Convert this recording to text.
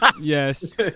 Yes